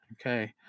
okay